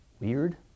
weird